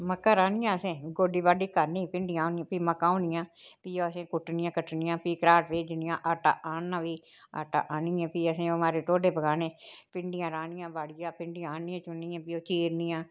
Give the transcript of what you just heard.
मक्कां राह्नियां असें गोड्डी बाड्डी करनी भिंडियां होनियां फ्ही मक्कां होनियां फ्ही असें कुट्टनियां कट्टनियां फ्ही घराट भेजनियां आटा आह्ना फ्ही आटा आह्नियै फ्ही असें ओह् महाराज टोडे पकाने भिंडियां राह्नियां बाड़िया भिंडियां आह्नियै चुनियै फ्ही ओह् चीरनियां